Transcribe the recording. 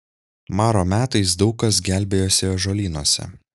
maro metais daug kas gelbėjosi ąžuolynuose